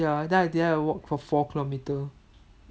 ya then I decided to walk for four kilometres